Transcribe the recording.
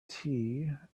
tea